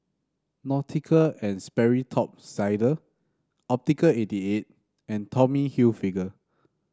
Nautica And Sperry Top Sider Optical eighty eight and Tommy Hilfiger